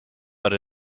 but